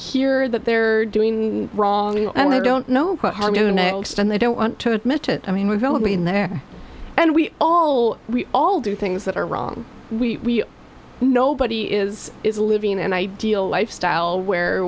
hear that there are doing wrong and i don't know what i'm doing next and they don't want to admit it i mean we've all been there and we all we all do things that are wrong we nobody is is living an ideal lifestyle where